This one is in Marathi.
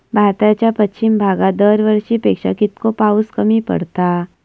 भारताच्या पश्चिम भागात दरवर्षी पेक्षा कीतको पाऊस कमी पडता?